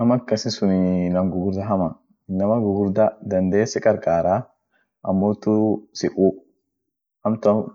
Brazilinii won birii kabdie won ishia ada ishianii taa muzikiat jiraa amine